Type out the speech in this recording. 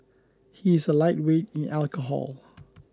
he is a lightweight in alcohol